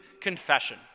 confession